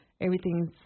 Everything's